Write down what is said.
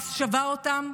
חמאס שבה אותם,